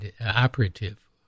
operative